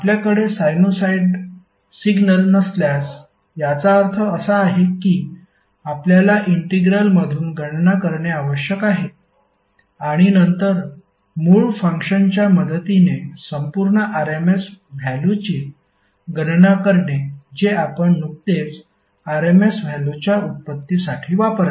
आपल्याकडे sinusoid signal नसल्यास याचा अर्थ असा आहे की आपल्याला इंटिग्रल मधून गणना करणे आवश्यक आहे आणि नंतर मूळ फंक्शनच्या मदतीने संपूर्ण rms व्हॅल्युची गणना करणे जे आपण नुकतेच rms व्हॅल्युच्या व्युत्पत्तीसाठी वापरले